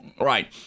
Right